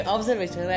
Observation